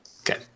okay